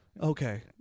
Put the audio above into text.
okay